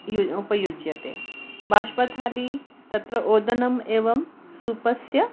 U उपयुज्यते बाष्पथाली तत्र ओदनम् एवं सूपस्य